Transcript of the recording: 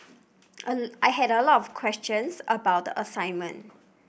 I had a lot of questions about the assignment